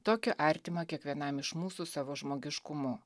tokį artimą kiekvienam iš mūsų savo žmogiškumu